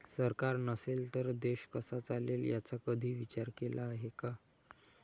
सरकार नसेल तर देश कसा चालेल याचा कधी विचार केला आहे का?